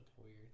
weird